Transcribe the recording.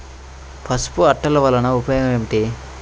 పసుపు అట్టలు వలన ఉపయోగం ఏమిటి?